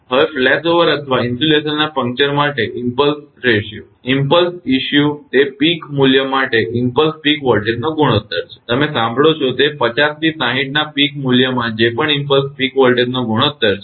હવે ફ્લેશઓવર અથવા ઇન્સ્યુલેશનના પંચર માટે ઇમપ્લસ ગુણોત્તર ઇમપ્લસ ઇશ્યુ તે પીક મૂલ્ય માટે ઇમપ્લસ પીક વોલ્ટેજનો ગુણોત્તર છે તમે સાંભળો છો તે 50 થી 60 ના પીક મૂલ્યમાં જે પણ ઇમપ્લસ પીક વોલ્ટેજનો ગુણોત્તર છે